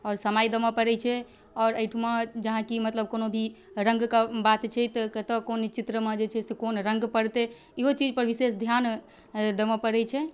आओर समय देबऽ पड़ै छै आओर एहिठाम जहाँकि मतलब कोनो भी रङ्गके बात छै तऽ कतऽ कोन चित्रमे जे छै से कोन रङ्ग पड़तै इहो चीजपर विशेष धिआन देबऽ पड़ै छै